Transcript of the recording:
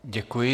Děkuji.